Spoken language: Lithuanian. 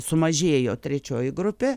sumažėjo trečioji grupė